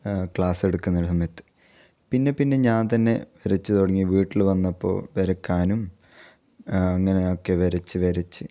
ആ ക്ലാസ് എടുക്കുന്ന സമയത്ത് പിന്നെ പിന്നെ ഞാൻ തന്നെ വരച്ച് തുടങ്ങി വീട്ടിൽ വന്നപ്പോൾ വരക്കാനും അങ്ങനെ ഒക്കെ വരച്ച് വരച്ച്